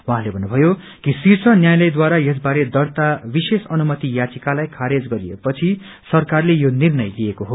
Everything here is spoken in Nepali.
उश्रँले भन्नुषयो कि शिर्ष न्यायालयद्वारा यस बारे दर्त्ता विशेष अनुमति याचिकालाई खारेज गरिए पछि सरकारले यो निर्णय लिएको हो